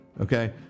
okay